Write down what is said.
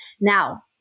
Now